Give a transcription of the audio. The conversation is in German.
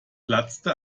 platzte